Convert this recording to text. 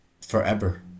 Forever